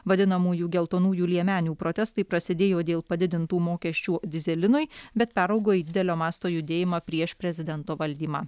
vadinamųjų geltonųjų liemenių protestai prasidėjo dėl padidintų mokesčių dyzelinui bet peraugo į didelio masto judėjimą prieš prezidento valdymą